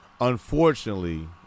unfortunately